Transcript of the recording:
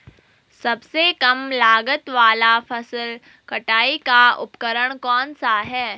सबसे कम लागत वाला फसल कटाई का उपकरण कौन सा है?